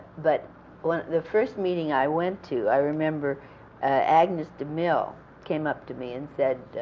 but when the first meeting i went to, i remember agnes de mille came up to me and said,